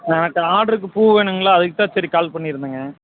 எனக்கு ஆர்டருக்கு பூ வேணுங்களா அதுக்குத் தான் சரி கால் பண்ணியிருந்தேங்க